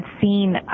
seen